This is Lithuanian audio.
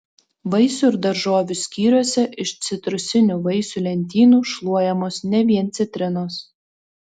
vaisių ir daržovių skyriuose iš citrusinių vaisių lentynų šluojamos ne vien citrinos